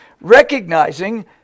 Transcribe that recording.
recognizing